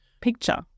picture